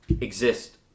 exist